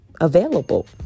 available